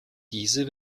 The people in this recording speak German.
diese